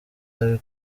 ari